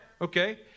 Okay